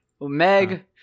Meg